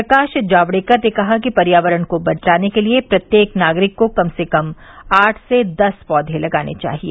प्रकाश जावड़ेकर ने कहा कि पर्यावरण को बचाने के लिए प्रत्येक नागरिक को कम से कम आठ से दस पौधे लगाने चाहिए